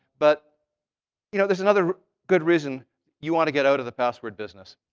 but you know there's another good reason you want to get out of the password business,